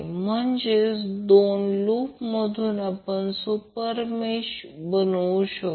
म्हणजेच 2 लूप मधून आपण सुपरमेश बनवू शकतो